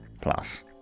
Plus